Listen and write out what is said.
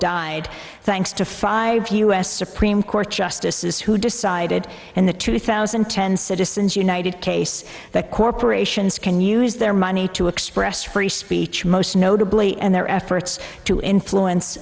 died thanks to five u s supreme court justices who decided in the two thousand and ten citizens united case that corporations can use their money to express free speech most notably and their efforts to influence